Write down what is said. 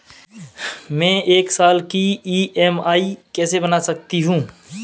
मैं एक साल की ई.एम.आई कैसे बना सकती हूँ?